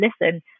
listen